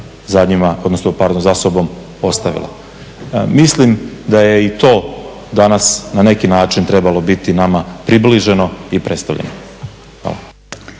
stvari koje je voda za sobom ostavila. Mislim da je i to danas na neki način trebalo biti nama približeno i predstavljeno.